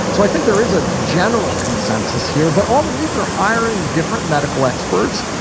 so i think there is a general consensus here. but all the leagues are hiring different medical experts.